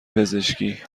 پزشکی